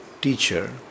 teacher